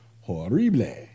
horrible